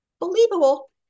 believable